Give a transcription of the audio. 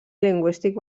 lingüístic